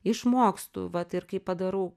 išmokstu vat ir kai padarau